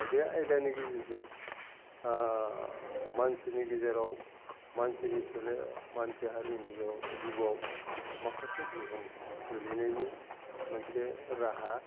आरो बे आयदानि गेजेरजों मानसिनि गेजेराव मानसिनि सोलेराव मानसि हारिनि गेजेराव जिवाव माखासे गोहोम खोलैनायनि मोनसे राहा